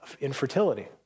infertility